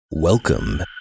Welcome